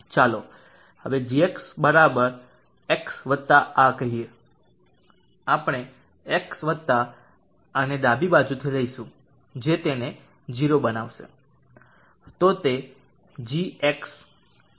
ચાલો હવે g x વત્તા આ કહીએ આપણે x વત્તા આને ડાબી બાજુ લઈશું જે તેને 0 બનાવશે